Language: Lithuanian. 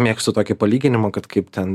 mėgstu tokį palyginimą kad kaip ten